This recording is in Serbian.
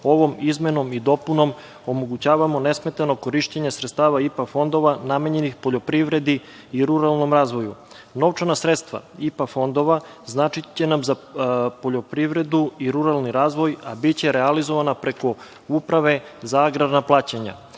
ovom izmenom i dopunom omogućavamo nesmetano korišćenje sredstava IPA fondova namenjenih poljoprivredi i ruralnom razvoju. Novčana sredstva IPA fondova značiće nam za poljoprivredu i ruralni razvoj, a biće realizovana preko Uprave za agrarna plaćanja. Naime,